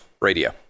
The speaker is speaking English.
Radio